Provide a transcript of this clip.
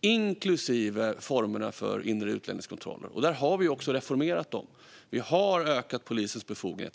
Det gäller även formerna för inre utlänningskontroller, och vi har reformerat dem. Vi har ökat polisens befogenheter.